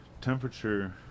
temperature